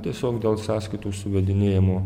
tiesiog dėl sąskaitų suvedinėjimo